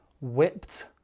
whipped